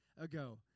ago